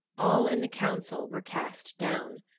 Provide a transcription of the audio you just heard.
all in the council were cast down.